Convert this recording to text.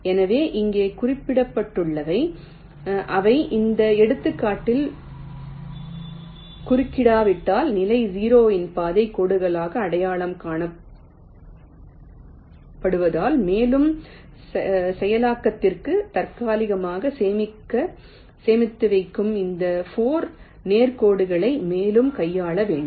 எனவே இங்கே குறிப்பிடப்பட்டுள்ளவை அவை இந்த எடுத்துக்காட்டில் குறுக்கிடாவிட்டால் நிலை 0 இன் பாதைக் கோடுகளாக அடையாளம் காணப்படுவதால் மேலும் செயலாக்கத்திற்காக தற்காலிகமாக சேமித்து வைக்கும் இந்த 4 நேர் கோடுகளை மேலும் கையாள வேண்டும்